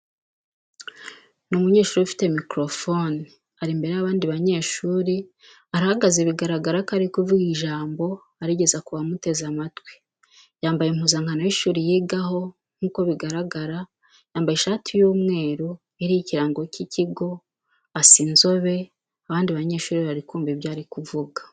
Ni umunyeshuri ufite mikorofone ari imbere y'abandi banyeshuri arahagaze bigaragara ko ari kuvuga ijambo arigeza ku bamuteze amatwi, yambaye impuza nkano y'ishuri yigaho nk'uko bigaragara, yambaye ishati y'umweru iriho ikirango cy'ikigo asa inzobe, abandi banyeshuri bari kumva ibyo ari kuvuga.